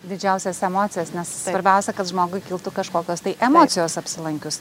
didžiausias emocijas nes svarbiausia kad žmogui kiltų kažkokios tai emocijos apsilankius